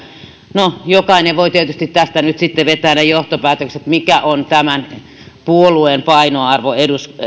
no jokainen voi tietysti tästä nyt sitten vetää ne johtopäätökset mikä on tämän puolueen painoarvo